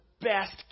best